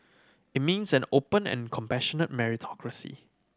it means an open and compassionate meritocracy